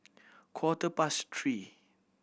quarter past three